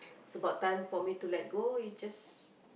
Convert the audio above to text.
it's about time for me to let go we just